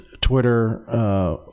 Twitter